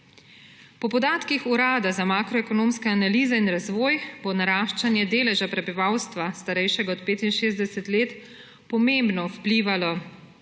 Po podatkih Urada za makroekonomske analize in razvoj bo naraščanje deleža prebivalstva, starejšega od 65 let, pomembno vplivalo